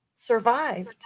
survived